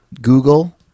Google